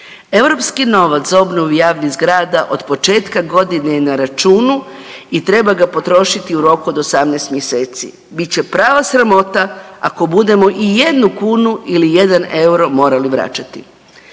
Europski novac za obnovu javnih zgrada od početka godine je na računu i treba ga potrošiti u roku od 18 mjeseci. Bit će prava sramota ako budemo i jednu kunu ili jedan euro morali vraćati.